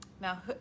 Now